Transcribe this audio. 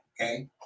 Okay